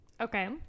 Okay